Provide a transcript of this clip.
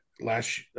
last